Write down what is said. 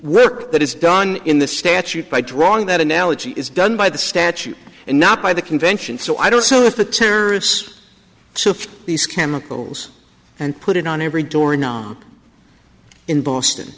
work that is done in the statute by drawing that analogy is done by the statue and not by the convention so i don't know if the terrorists took these chemicals and put it on every